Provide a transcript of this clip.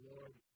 Lord